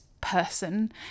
person